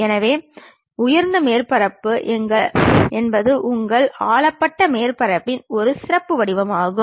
எனவே உயர்ந்த மேற்பரப்பு என்பது உங்கள் ஆளப்பட்ட மேற்பரப்பின் ஒரு சிறப்பு வடிவமாகும்